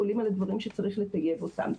עולים על הדברים שצריך לטייב אותם.